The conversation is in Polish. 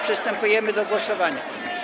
Przystępujemy do głosowania.